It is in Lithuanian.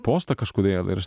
postą kažkodėl ir aš